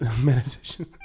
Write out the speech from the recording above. meditation